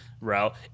route